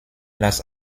las